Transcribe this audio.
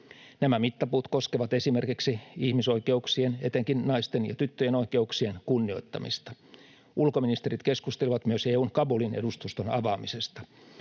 Nämä mittapuut koskevat esimerkiksi ihmisoikeuksien, etenkin naisten ja tyttöjen oikeuksien, kunnioittamista. Ulkoministerit keskustelivat myös EU:n Kabulin-edustuston avaamisesta.